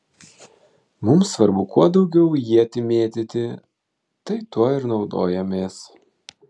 mums svarbu kuo daugiau ietį mėtyti tai tuo ir naudojamės